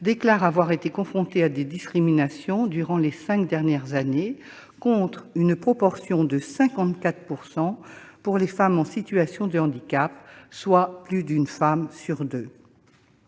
déclare avoir été confrontée à des discriminations durant les cinq dernières années, contre une proportion de 54 % pour les femmes en situation de handicap, soit plus d'une femme sur deux.